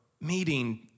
meeting